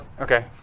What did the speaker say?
Okay